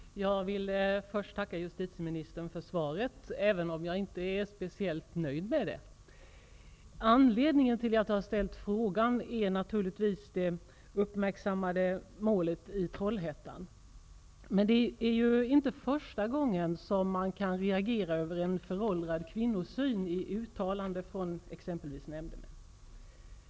Herr talman! Jag vill först tacka justitieministern för svaret, även om jag inte är speciellt nöjd med det. Anledningen till att jag har ställt frågan är naturligtvis det uppmärksammade målet i Trollhättan. Det är emellertid inte första gången som man kan reagera på en föråldrad kvinnosyn i uttalanden från exempelvis.